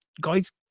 guys